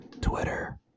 twitter